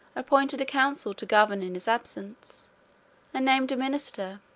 appointed a council to govern in his absence, and named a minister,